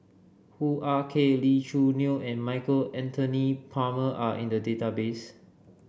Hoo Ah Kay Lee Choo Neo and Michael Anthony Palmer are in the database